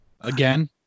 again